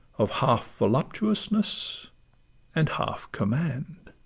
of half voluptuousness and half command.